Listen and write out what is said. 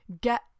get